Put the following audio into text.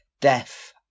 death